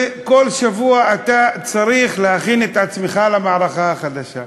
וכל שבוע אתה צריך להכין את עצמך למערכה חדשה.